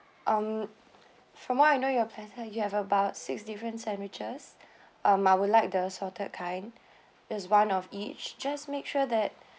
um from what I know your platter you have about six different sandwiches um I would like the salted kind just one of each just make sure that